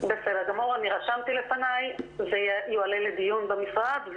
בסדר גמור, רשמתי לפניי, וזה יועלה לדיון במשרד,